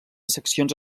seccions